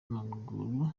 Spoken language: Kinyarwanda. w’amaguru